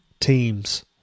teams